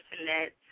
Internet